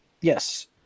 yes